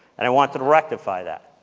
and i wanted to rectify that.